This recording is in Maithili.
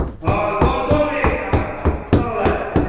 हँ कोन कोन अछि अहाँवला कोन कोनवला अछि